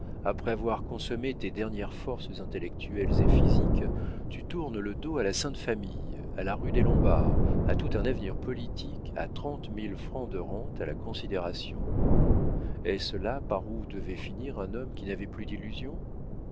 après avoir consommé tes dernières forces intellectuelles et physiques tu tournes le dos à la sainte famille à la rue des lombards à tout un avenir politique à trente mille francs de rente à la considération est-ce là par où devait finir un homme qui n'avait plus d'illusions